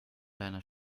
deiner